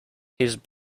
his